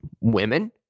Women